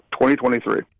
2023